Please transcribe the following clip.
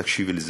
תקשיבי לי,